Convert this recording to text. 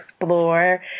explore